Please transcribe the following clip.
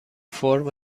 فرم